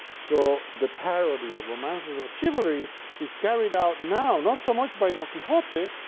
so the parody of romances of chivalry is carried out now not so much by don quixote